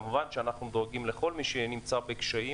כמובן שאנחנו דואגים לכל מי שנמצא בקשיים,